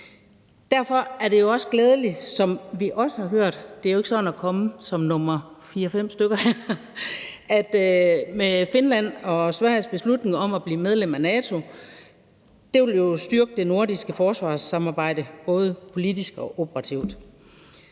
er jo ikke sådan at komme på som nr. 4-5 i rækken – med Finlands og Sveriges beslutning om at blive medlem af NATO. Det vil jo styrke det nordiske forsvarssamarbejde både politisk og operativt.